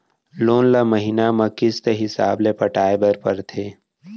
loan ल महिना म किस्त हिसाब ले पटाए बर परथे